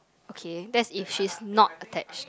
okay that's if she's not attached